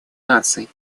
наций